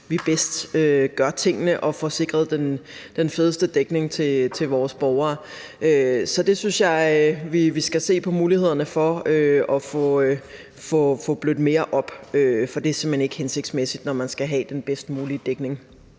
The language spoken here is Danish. man bedst gør tingene og får sikret den fedeste dækning til borgerne. Så jeg synes, vi skal se på mulighederne for at få det blødt mere op, for det er simpelt hen ikke hensigtsmæssigt, når man skal have den bedst mulige dækning